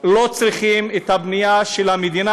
לא צריכים את הבנייה של המדינה,